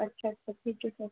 अच्छा अच्छा ठीक आहे सर